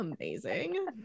amazing